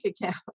account